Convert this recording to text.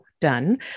done